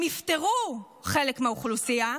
אי-אפשר לשמוע את זה,